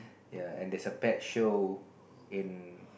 yea and there's a pet show in